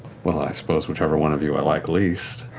well, i suppose whichever one of you i like least.